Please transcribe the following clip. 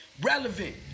relevant